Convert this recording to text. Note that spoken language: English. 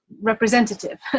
representative